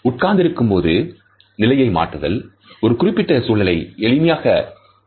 உட்கார்ந்திருக்கும்போது நிலையை மாற்றுதல் ஒரு குறிப்பிட்ட சூழலை எளிமையாக தீர்வு காண கூடும்